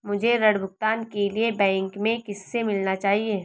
मुझे ऋण भुगतान के लिए बैंक में किससे मिलना चाहिए?